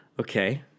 Okay